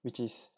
which is